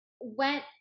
went